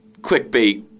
clickbait